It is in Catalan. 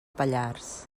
pallars